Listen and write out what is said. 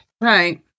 Right